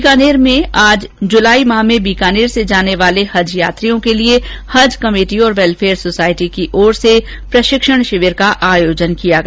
बीकानेर में आज जुलाई माह में बीकानेर से जाने वाले हज यात्रियों के लिए हज कमेटी और वेलफेयर सोसायटी की ओर से प्रशिक्षण शिविर का आयोजन किया गया